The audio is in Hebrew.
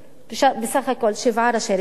בסך הכול שבעה ראשי רשויות,